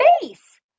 face